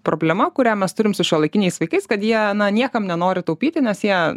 problema kurią mes turim su šiuolaikiniais vaikais kad jie niekam nenori taupyti nes jie